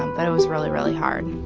but it was really, really hard